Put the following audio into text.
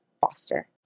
Foster